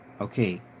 okay